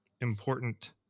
important